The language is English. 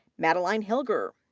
madeline hilger,